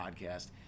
podcast